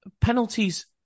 penalties